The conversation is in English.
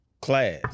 class